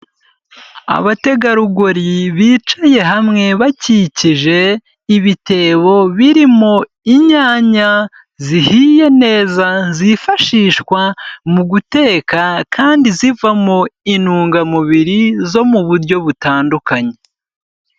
Abategarugori bicaye hamwe bakikije ibitebo birimo inyanya zihiye neza zifashishwa mu guteka, kandi zivamo intungamubiri zo mu buryo butandukanye.